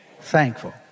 thankful